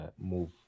move